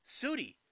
Sudi